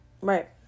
Right